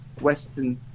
Western